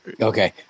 Okay